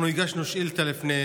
אנחנו הגשנו שאילתה לפני